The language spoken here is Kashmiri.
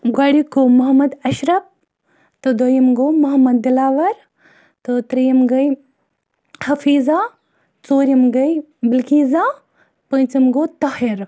گۄڈنیُک گوٚو مُحمد اَشرف تہٕ دٔیِم گوٚو مُحمد دِلاوَر تہٕ ترٛیٚیِم گٔے حفیٖظہ ژوٗرِم گٔے بِلقیٖزا پوٗنٛژِم گوٚو طاہر